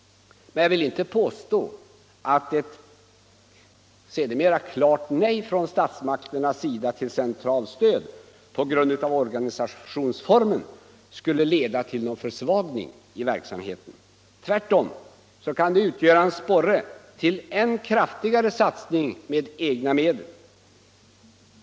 Jag vill inte påstå att ett sedermera klart nej från statsmakternas sida till centralt stöd på grund av organisationsformen skulle leda till någon försvagning av verksamheten. Tvärtom kan det utgöra en sporre till en kraftigare satsning med egna medel.